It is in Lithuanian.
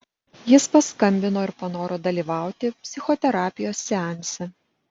jis paskambino ir panoro dalyvauti psichoterapijos seanse